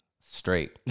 straight